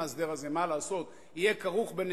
מה לעשות, יהיה כרוך בנסיגה,